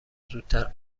زودتر